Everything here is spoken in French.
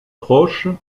proche